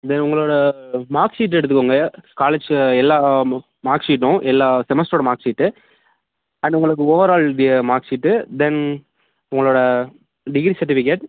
தென் உங்களோட மார்க்ஷீட் எடுத்துக்கோங்க காலேஜ் எல்லாம் மார்க் ஷீட்டும் எல்லா செமஸ்டரோட மார்க்ஷீட்டு அண்டு உங்களுது ஓவர்ஆல் வி மார்க்ஷீட்டு தென் உங்களோட டிகிரி சர்ட்டிவிகேட்